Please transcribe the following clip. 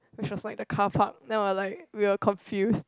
which was like the carpark then we're like we were confused